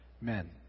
men